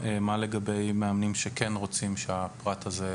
מה לגבי מאמנים שכן רוצים שהפרט הזה יפורסם,